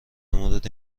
مورد